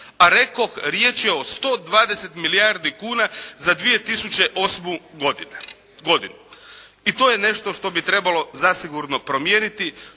a rekoh riječ je o 120 milijardi kuna za 2008. godinu. I to je nešto što bi trebalo zasigurno promijeniti,